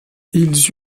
ils